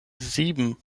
sieben